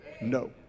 No